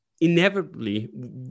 inevitably